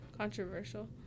controversial